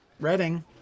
Reading